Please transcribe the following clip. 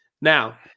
Now –